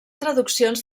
traduccions